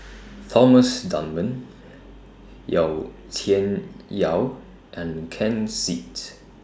Thomas Dunman Yau Tian Yau and Ken Seet